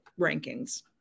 rankings